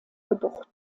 geburt